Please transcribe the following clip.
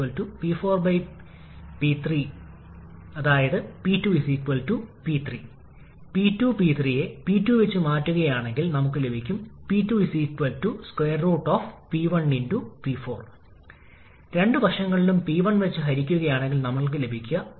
അതിനാൽ എച്ച്പി ടർബൈനിനുള്ള ഐസന്റ്രോപിക് കാര്യക്ഷമതയുടെ നിർവചനം നമ്മൾ ഉപയോഗിക്കുന്നു ഇത് അനുയോജ്യമായ വർക്ക് output ട്ട്പുട്ടിന്റെ യഥാർത്ഥ വർക്ക് output ട്ട്പുട്ടിന് തുല്യമായിരിക്കണം അത് നിങ്ങൾക്ക് നൽകുന്നു T4𝑠 620